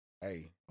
hey